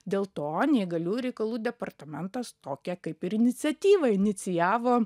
dėl to neįgaliųjų reikalų departamentas tokią kaip ir iniciatyvą inicijavo